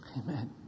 Amen